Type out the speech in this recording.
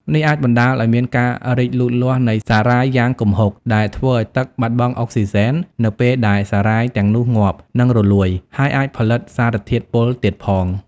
នេះអាចបណ្តាលឱ្យមានការរីកលូតលាស់នៃសារាយយ៉ាងគំហុក ដែលធ្វើឱ្យទឹកបាត់បង់អុកស៊ីហ្សែននៅពេលដែលសារាយទាំងនោះងាប់ និងរលួយ ហើយអាចផលិតសារធាតុពុលទៀតផង។